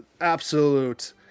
absolute